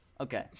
Okay